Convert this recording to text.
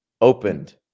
opened